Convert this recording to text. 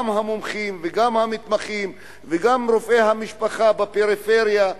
גם המומחים וגם המתמחים וגם רופאי המשפחה בפריפריה,